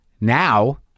now